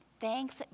thanks